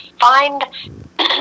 find